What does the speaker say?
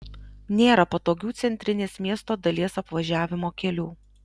nėra patogių centrinės miesto dalies apvažiavimo kelių